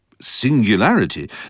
singularity